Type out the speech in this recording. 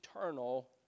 eternal